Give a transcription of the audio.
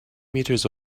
meters